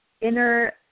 inner